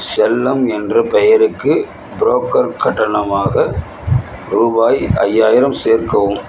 செல்லம் என்ற பெயருக்கு புரோக்கர் கட்டணமாக ரூபாய் ஐய்யாயிரம் சேர்க்கவும்